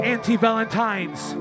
Anti-Valentines